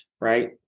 right